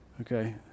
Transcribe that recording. Okay